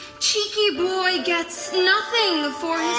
cheeky boy gets nothing. i've